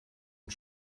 und